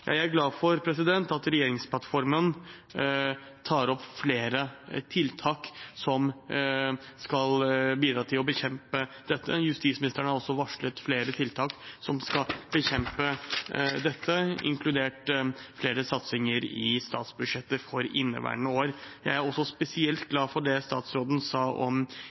Jeg er glad for at regjeringsplattformen tar opp flere tiltak som skal bidra til å bekjempe dette. Justisministeren har også varslet flere tiltak som skal bekjempe dette, inkludert flere satsinger i statsbudsjettet for inneværende år. Jeg er også spesielt glad for det statsråden sa om